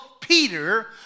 Peter